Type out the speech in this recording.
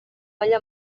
olla